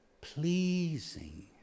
pleasing